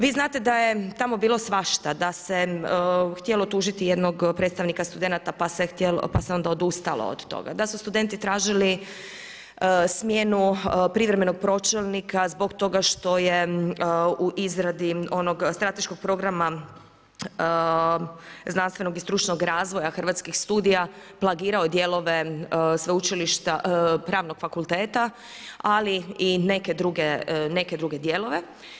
Vi znate da je tamo bilo svašta, da se htjelo tužiti jednog predstavnika studenata, pa se onda odustalo od toga, da su studenti tražili smjenu privremenog pročelnika, zbog toga što je u izradi onog strateškog programa znanstvenog i stručnog razvoja hrvatskih studija plagirao dijelove sveučilišta, Pravnog fakulteta, ali i neke druge dijelove.